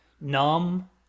numb